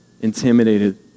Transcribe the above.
intimidated